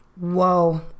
Whoa